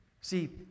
See